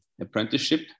apprenticeship